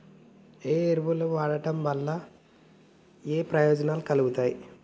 ఏ ఎరువులు వాడటం వల్ల ఏయే ప్రయోజనాలు కలుగుతయి?